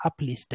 uplisted